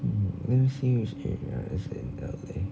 hmm let me see which area it's in L_A